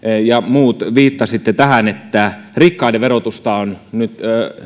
ja muut viittasitte tähän että rikkaiden verotusta on nyt